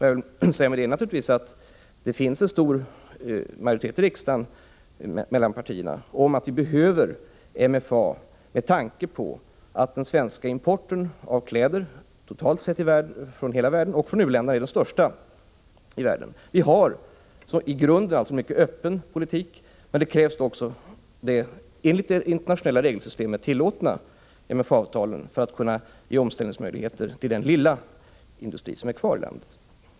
Jag vill med detta naturligtvis säga att det finns en stor majoritet i riksdagen om att vi behöver MFA med tanke på att den svenska importen av kläder totalt sett, från hela världen och från u-länderna, är den största i världen. Vi har i grunden en mycket öppen politik. De enligt det internationella regelsystemet tillåtna MFA-avtalen behövs emellertid för att ge omställningsmöjligheter till den lilla industri som är kvar i landet.